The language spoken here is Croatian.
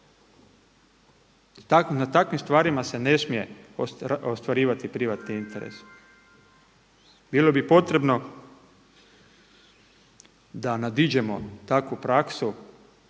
Na takvim stvarima se ne smije ostvarivati privatni interes. Bilo bi potrebno da nadiđemo takvu praksu